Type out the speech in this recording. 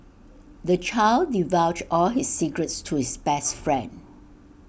the child divulged all his secrets to his best friend